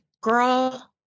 Girl